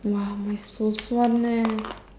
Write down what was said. !wah! my 手酸 leh